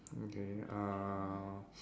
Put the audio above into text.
okay uh